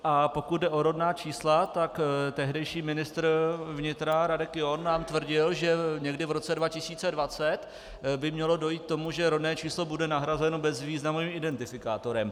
A pokud jde o rodná čísla, tak tehdejší ministr vnitra Radek John nám tvrdil, že někdy v roce 2020 by mělo dojít k tomu, že rodné číslo bude nahrazeno bezvýznamovým identifikátorem.